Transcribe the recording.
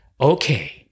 okay